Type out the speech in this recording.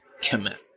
commit